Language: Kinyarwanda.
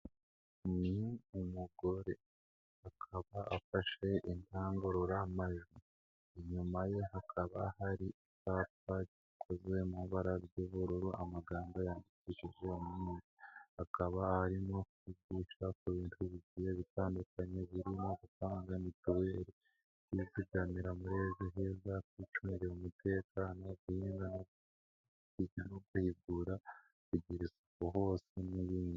Ni umugore akaba afashe indangururamajwi. Inyuma ye hakaba hari icyapa gikozwe mu ibara ry'ubururu. Amagambo yandikishijwe umweru. Akaba arimo kwigisha ku bintu bigiye bitandukanye birimo: gutanga mituweli, kwizigamira muri Ejo Heza, kwicungira umutekano, kubika no kubikura, kugira isuku hose n'ibindi.